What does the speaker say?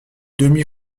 demi